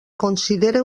considere